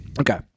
Okay